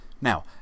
Now